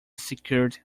secured